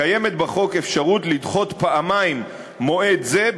קיימת בחוק אפשרות לדחות פעמיים מועד זה,